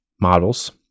models